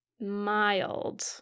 mild